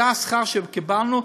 זה השכר שקיבלנו?